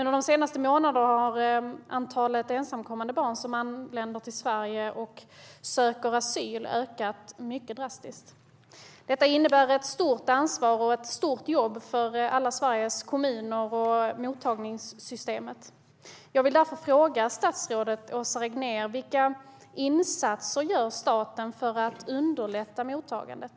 De senaste månaderna har antalet barn som anländer till Sverige ensamma och söker asyl ökat mycket drastiskt. Detta innebär ett stort ansvar och ett stort jobb för alla Sveriges kommuner och för mottagningssystemet. Jag vill därför fråga statsrådet Åsa Regnér: Vilka insatser gör staten för att underlätta mottagandet?